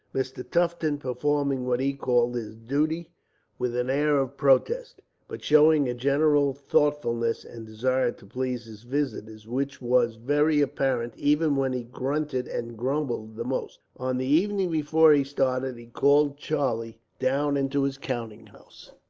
mr. tufton performing what he called his duty with an air of protest, but showing a general thoughtfulness and desire to please his visitors, which was very apparent even when he grunted and grumbled the most. on the evening before he started, he called charlie down into his counting house.